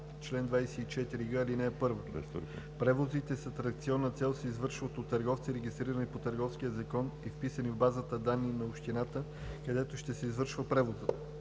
„Чл. 24г. (1) Превозите с атракционна цел се извършват от търговци, регистрирани по Търговския закон и вписани в базата данни на общината, където ще се извършва превозът.